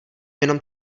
jenom